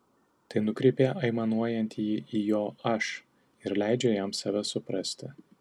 tai nukreipia aimanuojantįjį į jo aš ir leidžia jam save suprasti